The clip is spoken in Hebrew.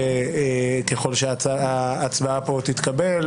שככל שהצבעה פה תתקבל,